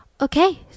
okay